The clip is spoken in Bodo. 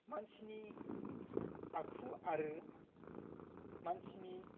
मानसिनि आखु आरो मानसिनि